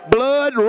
Blood